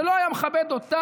זה לא היה מכבד אותם,